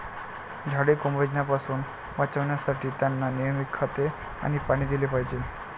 झाडे कोमेजण्यापासून वाचवण्यासाठी, त्यांना नेहमी खते आणि पाणी दिले पाहिजे